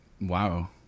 Wow